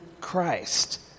Christ